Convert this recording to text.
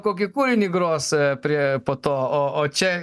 kokį kūrinį gros prie po to o čia